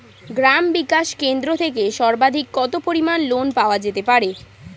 গ্রাম বিকাশ কেন্দ্র থেকে সর্বাধিক কত পরিমান লোন পাওয়া যেতে পারে?